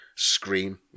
scream